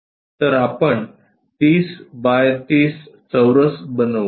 तर आपण 30 बाय 30 चौरस बनवू